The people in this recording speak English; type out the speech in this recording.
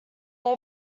they